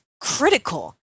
critical